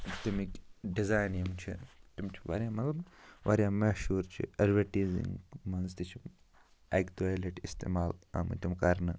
تَمِکۍ ڈِزایِن یِم چھِ تِم چھِ واریاہ مطلب واریاہ مَشہوٗر چھِ اٮ۪ڈوَٹیٖزِنگ منٛز تہِ چھُ اَکہِ دوٚیہِ لَٹہِ اِستعمال آمٕتۍ یِم کرنہٕ